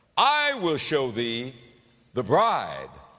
i will show thee the bride,